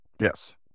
Yes